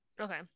Okay